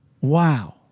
Wow